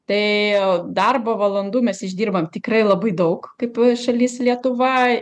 tai darbo valandų mes išdirbam tikrai labai daug kaip šalis lietuva